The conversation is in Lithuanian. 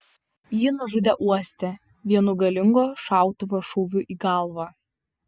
jį nužudė uoste vienu galingo šautuvo šūviu į galvą